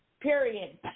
period